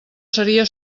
seria